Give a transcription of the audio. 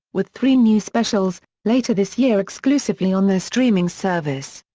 with three new specials, later this year exclusively on their streaming service.